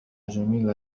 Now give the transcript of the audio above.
جميلة